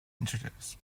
integers